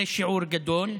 זה שיעור גדול.